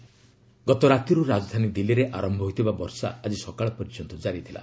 weather ଗତ ରାତିର୍ ରାଜଧାନୀ ଦିଲ୍ଲୀରେ ଆରମ୍ଭ ହୋଇଥିବା ବର୍ଷା ଆଜି ସକାଳ ପର୍ଯ୍ୟନ୍ତ ଜାରି ଥିଲା